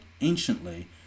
anciently